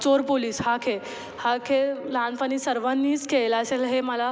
चोर पोलीस हा खेळ हा खेळ लहानपणी सर्वांनीच खेळला असेल हे मला